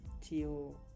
till